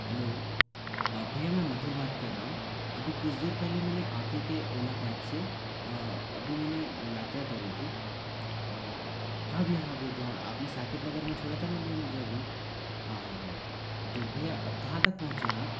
hello हाँ भैया मैं मधुर बात कर रहा हूँ अभी कुछ देर पहले मैंने आप ही के ओला कैब से अभी मैंने यात्रा करी थी हाँ भैया हाँ भैया जहाँ आपने साकेत नगर में छोड़ा था न मुझे अभी हाँ हाँ हाँ तो भइया कहाँ तक पहुँचे हैं आप